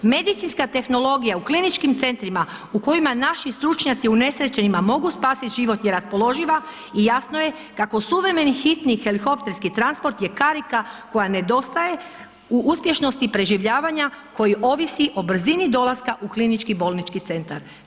Medicinska tehnologija u kliničkim centrima u kojima naši stručnjaci unesrećenima mogu spasiti život je raspoloživa i jasno je kako suvremeni hitni helikopterski transport je karika koja nedostaje u uspješnosti preživljavanja koji ovisi o brzini dolaska u klinički bolnički centar.